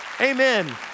Amen